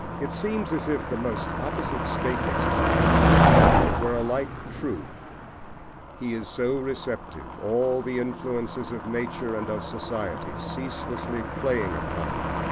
it seems as if the most opposite statements about him were alike true he is so receptive, all the influences of nature and of society ceaselessly playing upon him,